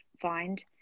find